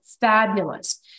fabulous